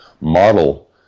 model